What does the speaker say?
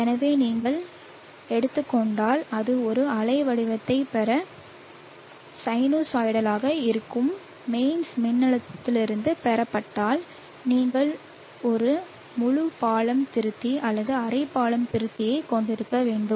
எனவே நீங்கள் எடுத்துக்கொண்டால் இது ஒரு அலை வடிவத்தைப் பெற சைனூசாய்டலாக இருக்கும் மெயின்ஸ் மின்னழுத்தத்திலிருந்து பெறப்பட்டால் நீங்கள் ஒரு முழு பாலம் திருத்தி அல்லது அரை பாலம் திருத்தியைக் கொண்டிருக்க வேண்டும்